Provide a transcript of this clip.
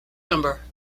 number